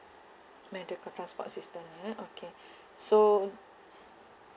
medical transport system ya okay so